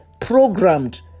programmed